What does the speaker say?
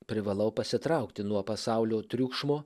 privalau pasitraukti nuo pasaulio triukšmo